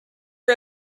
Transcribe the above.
are